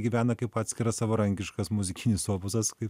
gyvena kaip atskiras savarankiškas muzikinis opusas kaip